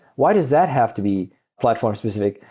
why does that have to be platform-specific?